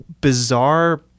bizarre